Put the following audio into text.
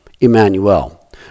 Emmanuel